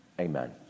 amen